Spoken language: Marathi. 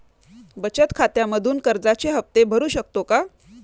बचत खात्यामधून कर्जाचे हफ्ते भरू शकतो का?